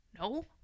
no